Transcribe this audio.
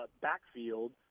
backfield